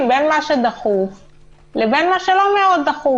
לטעמנו זאת הדרך הנכונה לקבל החלטות נכונות שיזכו לאמון הציבור,